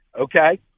Okay